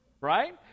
right